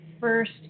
first